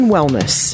Wellness